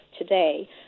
today